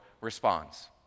responds